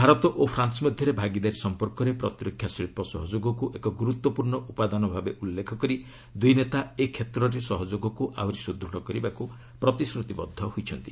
ଭାରତ ଓ ଫ୍ରାନ୍ସ ମଧ୍ୟରେ ଭାଗିଦାରୀ ସମ୍ପର୍କରେ ପ୍ରତିରକ୍ଷା ଶିଳ୍ପ ସହଯୋଗକୁ ଏକ ଗୁରୁତ୍ୱପୂର୍ଣ୍ଣ ଉପାଦାନ ଭାବେ ଉଲ୍ଲେଖ କରି ଦୁଇ ନେତା ଏକ୍ଷେତ୍ରରେ ସହଯୋଗକୁ ଆହୁରି ସୁଦୃଢ଼ କରିବାକୁ ପ୍ରତିଶ୍ରୁତିବଦ୍ଧ ହୋଇଛନ୍ତି